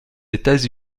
états